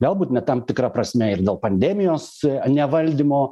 galbūt net tam tikra prasme ir dėl pandemijos nevaldymo